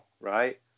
right